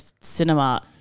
cinema